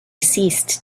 ceased